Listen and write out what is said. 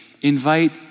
invite